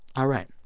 all right.